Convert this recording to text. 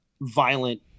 violent